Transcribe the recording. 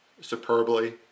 superbly